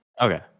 Okay